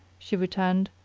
she returned,